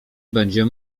będzie